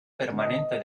permanente